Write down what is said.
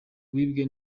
wibwe